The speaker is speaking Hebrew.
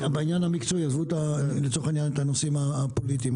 עזבו, לרגע, את הנושאים הפוליטיים,